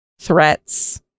threats